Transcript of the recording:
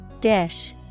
Dish